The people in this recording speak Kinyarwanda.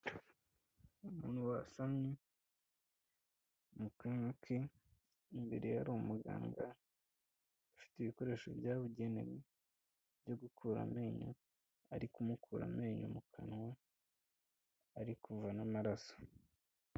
Umuntu wasamye mu kanwa ke imbere hari umuganga, ufite ibikoresho byabugenewe byo gukura amenyo, ari kumukura amenyo mu kanwa ari kuva n'amaraso.